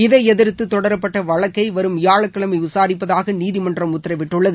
இதை எதிர்த்து தொடரப்பட்ட வழக்கை வரும் வியாழக்கிழமை விசாரிப்பதாக நீதிமன்றம் உத்தரவிட்டுள்ளது